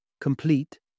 complete